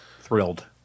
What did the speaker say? thrilled